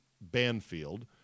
Banfield